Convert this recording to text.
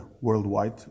worldwide